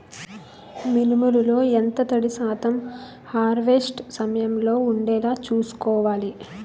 మినుములు లో ఎంత తడి శాతం హార్వెస్ట్ సమయంలో వుండేలా చుస్కోవాలి?